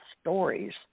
stories